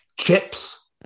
Chips